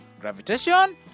Gravitation